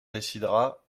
décidera